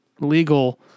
legal